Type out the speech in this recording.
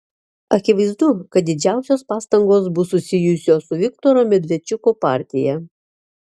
akivaizdu kad didžiausios pastangos bus susijusios su viktoro medvedčiuko partija